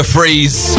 Freeze